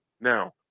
Now